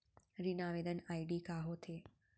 ऋण आवेदन आई.डी का होत हे?